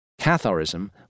Catharism